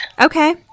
Okay